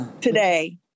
today